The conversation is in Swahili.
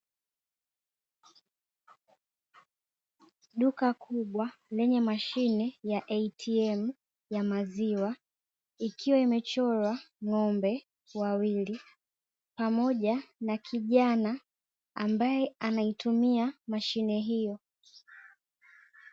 Duka kubwa lenye mashine ya “ATM” ya maziwa ikiwa imechorwa ng’ombe wawili, pamoja na kijana ambaye anaitumia mashine hiyo.